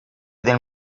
del